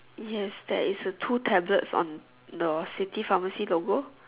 yes there is a two tablets on the city pharmacy logo